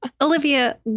Olivia